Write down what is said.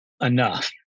enough